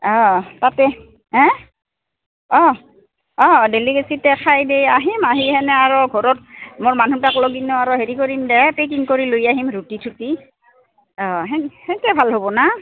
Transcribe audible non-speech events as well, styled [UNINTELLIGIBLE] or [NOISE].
অঁ তাতে হে অঁ অঁ ডেলিকেচিতে খাই দে আহিম আহি সেনে আৰু ঘৰত মোৰ মানুহ তাক লগিন আৰু হেৰি কৰিম দে পেকিং কৰি লৈ আহিম ৰুটি চুটি অঁ [UNINTELLIGIBLE] সেনকে ভাল হ'ব না